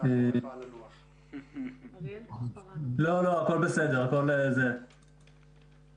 הוועדה לביקורת המדינה, לפני כחצי שנה ושם